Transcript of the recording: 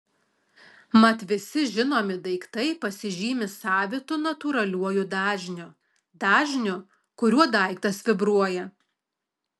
mat visi žinomi daiktai pasižymi savitu natūraliuoju dažniu dažniu kuriuo daiktas vibruoja